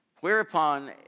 Whereupon